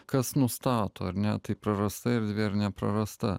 kas nustato ar ne tai prarasta erdvė ir neprarasta